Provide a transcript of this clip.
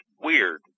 weird